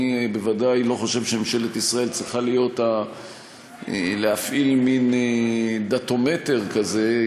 אני בוודאי לא חושב שממשלת ישראל צריכה להפעיל מין "דתומטר" כזה,